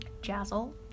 jazzle